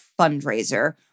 fundraiser